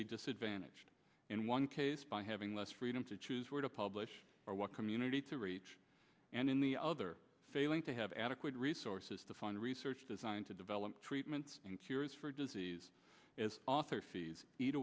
be disadvantaged in one case by having less freedom to choose where to publish or what community to reach and in the other failing to have adequate resources to fund research design to develop treatments and cures for disease as author fees eat